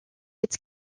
its